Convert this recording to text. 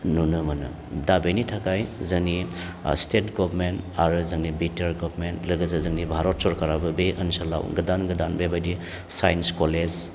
नुनो मोनो दा बेनि थाखाय जोंनि स्टेट गभर्नमेन्ट आरो जोंनि बिटिआर गभर्नमेन्ट लोगोसे जोंनि भारत सरखाराबो बे ओनसोलाव गोदान गोदान बेबायदि साइन्स कलेज